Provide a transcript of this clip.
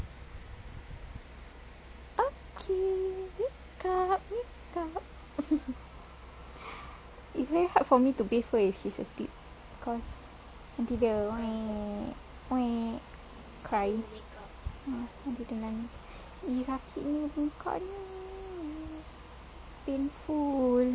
okay wake up wake up wake up it's very hard for me to bathe her if she's asleep cause nanti dia whine and cry nanti dia nangis !ee! sakitnya bengkaknya painful